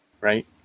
right